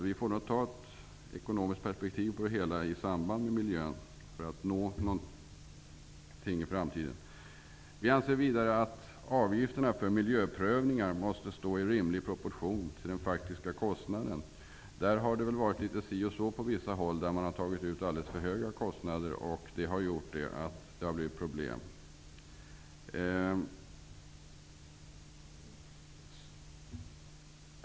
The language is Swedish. Vi får nog lov att ha ett ekonomiskt perspektiv tillsammans med miljöperspektivet för att nå någon vart i framtiden. Vi anser vidare att avgifterna för miljöprövningar måste stå i rimlig proportion till den faktiska kostnaden. Där har det varit litet si och så på vissa håll. Man har tagit ut alldeles för höga avgifter. Det har inneburit problem.